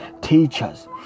teachers